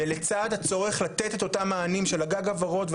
ולצד הצורך לתת את אותם מענים של הגג הוורוד,